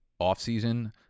offseason –